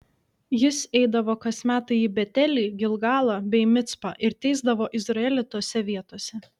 jis eidavo kas metai į betelį gilgalą bei micpą ir teisdavo izraelį tose vietose